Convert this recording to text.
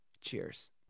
Cheers